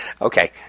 Okay